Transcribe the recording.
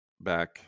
back